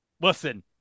listen